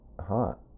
hot